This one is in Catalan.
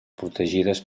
protegides